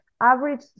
average